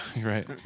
right